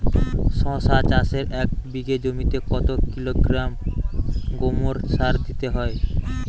শশা চাষে এক বিঘে জমিতে কত কিলোগ্রাম গোমোর সার দিতে হয়?